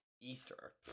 Easter